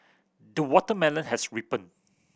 the watermelon has ripened